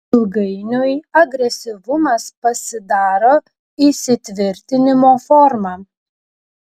ilgainiui agresyvumas pasidaro įsitvirtinimo forma